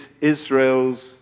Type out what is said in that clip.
Israel's